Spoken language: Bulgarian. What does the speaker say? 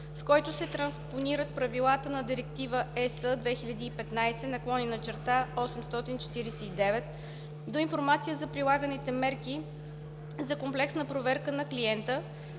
с който се транспонират правилата на Директива (ЕС) 2015/849, до информация за прилаганите мерки за комплексна проверка на клиента